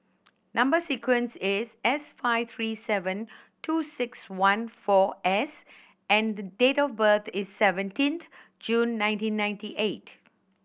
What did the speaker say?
number sequence is S five three seven two six one four S and the date of birth is seventeenth June nineteen ninety eight